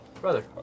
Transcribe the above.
Brother